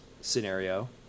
scenario